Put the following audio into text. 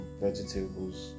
vegetables